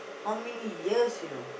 how many years you know